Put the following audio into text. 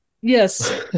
Yes